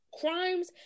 Crimes